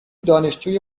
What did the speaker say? دانشجوی